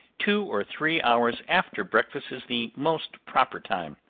two or three hours after breakfast is the most proper time.